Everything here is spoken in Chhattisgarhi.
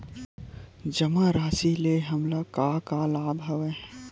जमा राशि ले हमला का का लाभ हवय?